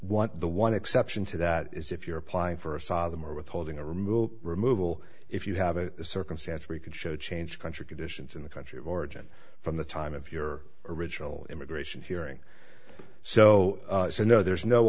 what the one exception to that is if you're applying for asylum or withholding a removal removal if you have a circumstance where you could show change country conditions in the country of origin from the time of your original immigration hearing so so no there is no